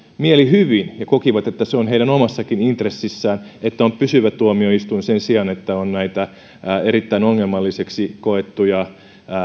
mielihyvin ja kokivat että se on heidän omassakin intressissään että on pysyvä tuomioistuin sen sijaan että on erittäin ongelmallisiksi koettuja